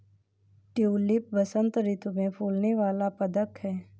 tulip बसंत ऋतु में फूलने वाला पदक है